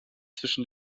zwischen